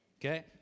okay